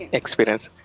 experience